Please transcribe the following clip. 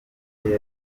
azaza